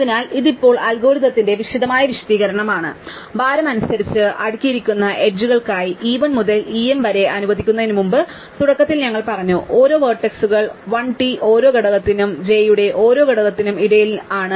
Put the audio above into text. അതിനാൽ ഇത് ഇപ്പോൾ അൽഗോരിതത്തിന്റെ വിശദമായ വിശദീകരണമാണ് അതിനാൽ ഭാരം അനുസരിച്ച് അടുക്കിയിരിക്കുന്ന എഡ്ജ്കളായി e1 മുതൽ e m വരെ അനുവദിക്കുന്നതിനുമുമ്പ് തുടക്കത്തിൽ ഞങ്ങൾ പറഞ്ഞു ഓരോ വേർട്ടക്സുകൾ 1 t ഓരോ ഘടകത്തിനും jയുടെ ഓരോ ഘടകത്തിനും ഇടയിൽ തന്നെ j ആണ്